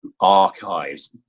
archives